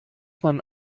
man